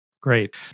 Great